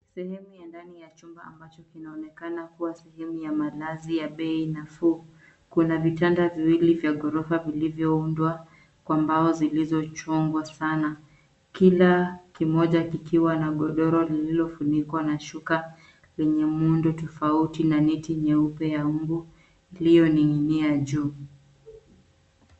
Sehemu ya ndani ya chumba ambacho kinaonekana kuwa sehemu ya malazi ya bei nafuu. Kuna vitanda viwili vya ghorofa vilivyoundwa kwa mbao zilizochongwa sana. Kila kimoja kikiwa na godoro lililofunikwa na shuka lenye muundo tofauti na neti nyeupe ya mbu iliyoning'inia juu.